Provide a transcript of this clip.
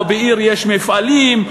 או בעיר יש מפעלים,